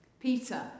Peter